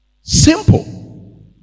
Simple